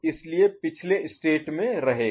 इसलिए पिछले स्टेट स्थिति में रहेगा